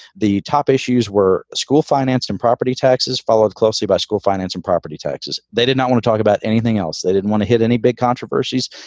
the top issues were school finance and property taxes, followed closely by school finance and property taxes. they did not want to talk about anything else. they didn't want to hit any big controversies.